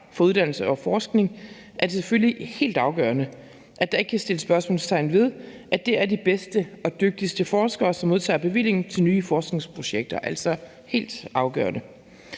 for uddannelse og forskning, er det selvfølgelig helt afgørende, at der ikke kan sættes spørgsmålstegn ved, at det er de bedste og dygtigste forskere, som modtager bevillingen til nye forskningsprojekter – altså helt afgørende.